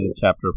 chapter